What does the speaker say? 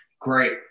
Great